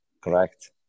correct